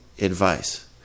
advice